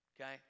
Okay